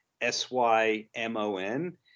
S-Y-M-O-N